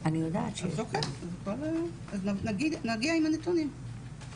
נגיע עם הנתונים,